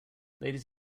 ladies